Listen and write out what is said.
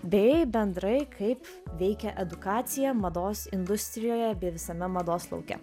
bei bendrai kaip veikia edukacija mados industrijoje bei visame mados lauke